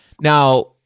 Now